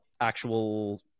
actual